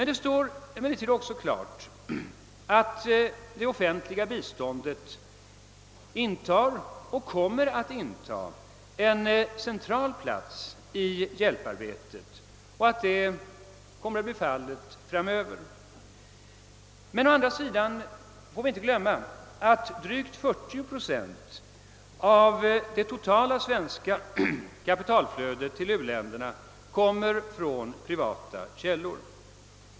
Det står emellertid också klart att det offentliga biståndet intar och kommer att inta en central plats i hjälparbetet och att så kommer att bli fallet framöver. Å andra sidan får vi inte glömma att drygt 40 procent av det totala svenska kapitalflödet till u-länderna kommer från privata källor.